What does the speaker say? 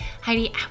heidi